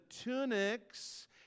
tunics